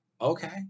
okay